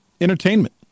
entertainment